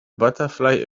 butterfly